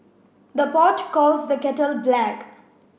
the pot calls the kettle black